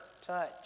touch